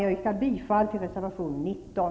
Jag yrkar bifall till reservation 19.